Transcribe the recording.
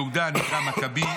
יהודה הנקרא מקבי.